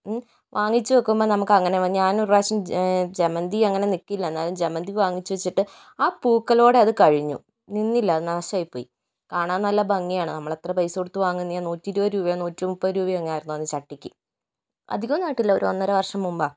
വാങ്ങിച്ചു വെക്കുമ്പോൾ നമുക്ക് അങ്ങനെ ഞാൻ ഒരു പ്രാവശ്യം ജമന്തി അങ്ങനെ നിൽക്കില്ല എന്നാലും ജമന്തി വാങ്ങിച്ചു വെച്ചിട്ട് ആ പൂക്കളോടെ അത് കഴിഞ്ഞു നിന്നില്ല നാശമായിപ്പോയി കാണാൻ നല്ല ഭംഗിയാണ് നമ്മൾ എത്ര പൈസ കൊടുത്ത് വാങ്ങുന്നതാണ് നൂറ്റി ഇരുപത് രൂപയോ നൂറ്റി മുപ്പത് രൂപയോ അങ്ങനെ ആയിരുന്നു അന്ന് ചട്ടിക്ക് അധികമൊന്നും ആയിട്ടില്ല ഒരു ഒന്നരവർഷം മുമ്പ്